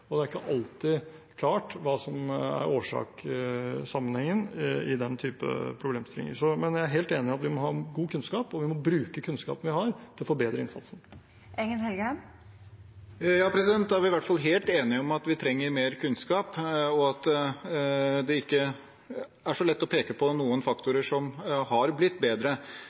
og det er ikke alltid klart hva som er årsakssammenhengen i den type problemstillinger, men jeg er helt enig i at vi må ha god kunnskap, og vi må bruke kunnskapen vi har, til å forbedre innsatsen. Da er vi i hvert fall helt enige om at vi trenger mer kunnskap, og at det ikke er så lett å peke på noen faktorer som har blitt bedre.